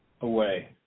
away